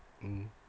mm